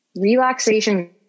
Relaxation